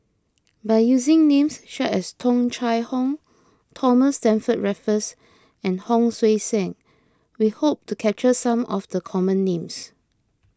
by using names such as Tung Chye Hong Thomas Stamford Raffles and Hon Sui Sen we hope to capture some of the common names